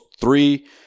three –